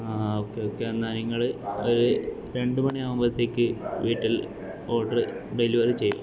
ആഹ് okay okay എന്നാൽ നിങ്ങള് അത് രണ്ട് മണി ആകുമ്പോളത്തേക്ക് വീട്ടിൽ ഓർഡർ ഡെലിവറി ചെയ്യ്